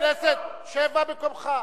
שב במקומך.